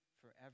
forever